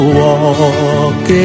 walk